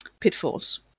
pitfalls